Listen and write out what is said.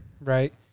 right